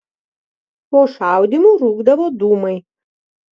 po šaudymų rūkdavo dūmai